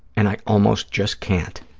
and i almost just can't.